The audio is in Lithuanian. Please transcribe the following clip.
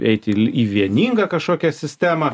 eiti į vieningą kažkokią sistemą